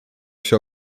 się